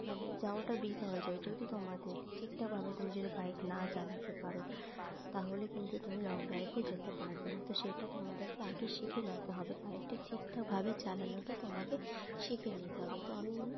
মানে যাওয়াটা বৃথা হয়ে যাবে যদি তোমাদের ঠিকঠাকভাবে তুমি যদি বাইক না চালাতে পারো তাহলে কিন্তু তুমি লং ড্রাইভে যেতে পারবে না তো সেটা তোমাদেরকে আগে শিখে নিতে হবে বাইকটা ঠিকঠাকভাবে চালানোটা তোমাকে শিখে নিতে হবে তো আমি